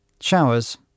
Showers